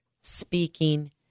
speaking